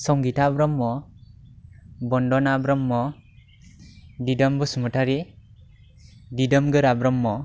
Sangita Brahma Bandana Brahma Didom Basumatary Didomgora Brahma